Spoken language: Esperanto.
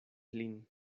lin